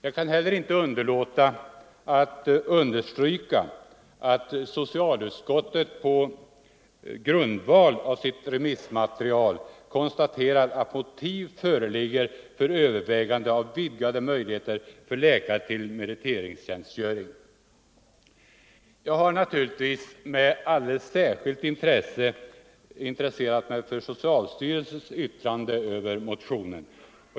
Jag kan heller inte underlåta att understryka att socialutskottet på grundval av sitt remissmaterial konstaterat att motiv föreligger för övervägande av vidgade möjligheter för läkare till meriteringstjänstgöring. Jag har naturligtvis med alldeles särskilt stort intresse tagit del av socialstyrelsens yttrande över motionen.